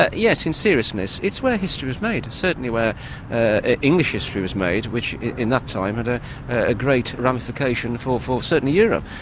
yes, in seriousness, it's where history was made, certainly where ah english history was made, which in that time had a ah great ramification for for certainly europe,